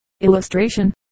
Illustration